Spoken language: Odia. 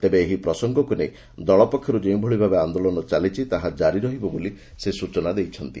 ତେବେ ଏହି ପ୍ରସଙ୍ଗକୁ ନେଇ ଦଳ ପକ୍ଷରୁ ଯେଉଁଭଳି ଭାବେ ଆନ୍ଦୋଳନ ଚାଲିଛି ତାହା ଜାରି ରହିବ ବୋଲି ସେ ସ୍ଚନା ଦେଇଛନ୍ତି